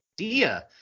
idea